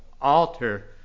alter